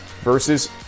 versus